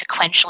sequentially